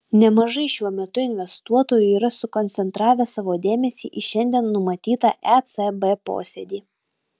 nemažai šiuo metu investuotojų yra sukoncentravę savo dėmesį į šiandien numatytą ecb posėdį